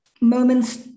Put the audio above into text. moments